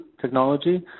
technology